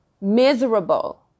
miserable